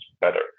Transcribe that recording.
better